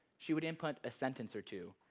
she would input a sentence or two,